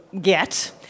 get